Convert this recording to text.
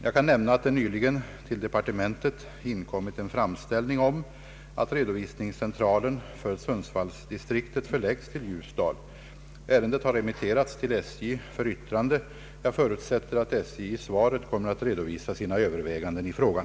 Jag kan nämna att det nyligen till departementet inkommit en framställning om att redovisningscentralen för Sundsvallsdistriktet förläggs till Ljusdal. Ärendet har remitterats till SJ för yttrande. Jag förutsätter att SJ i svaret kommer att redovisa sina överväganden i frågan.